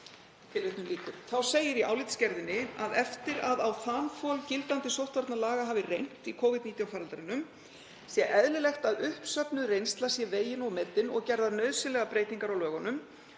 Þá segir í álitsgerðinni að eftir að á þanþol gildandi sóttvarnalaga hafi reynt í Covid-19 faraldrinum sé eðlilegt að uppsöfnuð reynsla sé vegin og metin og gerðar nauðsynlegar breytingar á lögunum